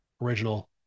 original